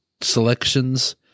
selections